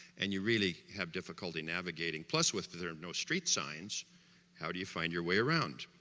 and you really have difficulty navigating. plus with there are no street signs how do you find your way around?